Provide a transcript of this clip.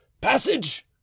Passage